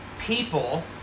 people